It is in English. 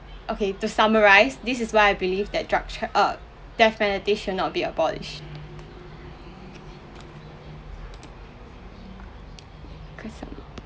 okay to summarise this is why I believe that drug tra~ uh death penalty should not be abolished